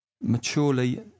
maturely